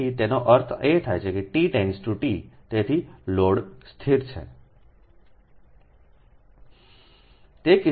તેથીતેનો અર્થ એ કેt→Tતેથી લોડ સ્થિર છે